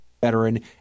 veteran